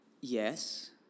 yes